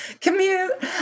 commute